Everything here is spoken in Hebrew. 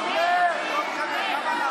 לך.